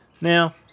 Now